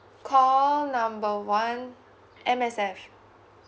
call number one M_S_F